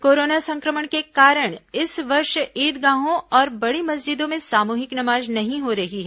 corona संक्रमण के कारण इस वर्ष ईदगाहों और बड़ी मस्जिदों में सामूहिक नमाज नहीं हो रही है